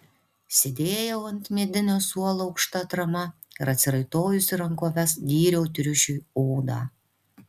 sėdėjau ant medinio suolo aukšta atrama ir atsiraitojusi rankoves dyriau triušiui odą